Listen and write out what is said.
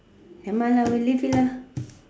never mind we leave it lah